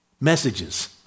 messages